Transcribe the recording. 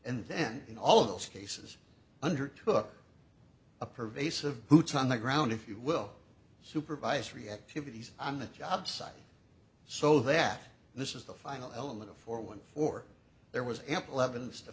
and then in all of those cases undertook a pervasive boots on the ground if you will supervisory activities on the job site so that this is the final element of for one for there was ample evidence to